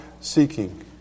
seeking